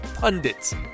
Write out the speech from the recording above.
pundits